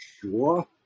sure